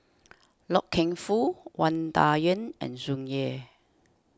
Loy Keng Foo Wang Dayuan and Tsung Yeh